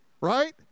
Right